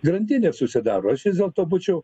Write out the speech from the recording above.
grandinė susidaro aš vis dėlto būčiau